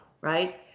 right